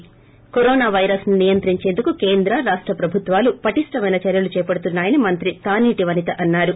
ి corona virus నియంత్రించేందుకు కేంద్ర రాష్ట ప్రభుత్వాలు పటిష్టమైన చర్యలు చేపడుతున్నా యని మంత్రి తానేటి వనిత అన్నారు